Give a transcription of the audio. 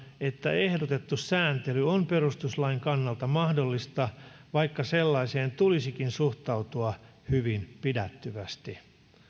että ehdotettu sääntely on perustuslain kannalta mahdollista vaikka sellaiseen tulisikin suhtautua hyvin pidättyvästi